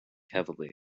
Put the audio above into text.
heavily